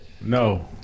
No